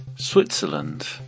Switzerland